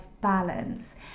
balance